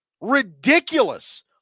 Ridiculous